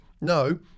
No